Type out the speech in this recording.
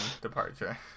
departure